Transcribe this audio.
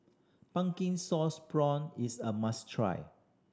pumpkin sauce prawn is a must try